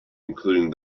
including